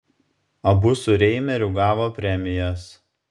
abu su reimeriu gavo premijas